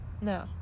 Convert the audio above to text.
no